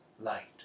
Light